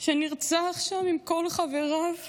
שנרצח שם עם כל חבריו,